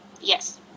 Yes